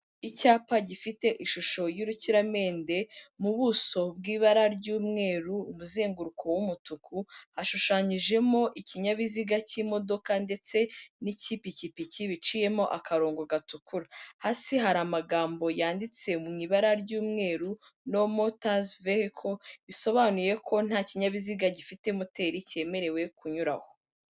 Icyapa gifite ishusho y'urukiramende mu buso bw'ibara ry'umweru, umuzenguruko w'umutuku, hashushanyijemo ikinyabiziga cy'imodoka ndetse n'ikipikipiki biciyemo akarongo gatukura, hasi hari amagambo yanditse mu ibara ry'umweru no motors vehicles, bisobanuye ko nta kinyabiziga gifite moteri cyemerewe kunyura aho.